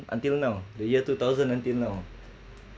until now the year two thousand until now